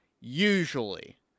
Usually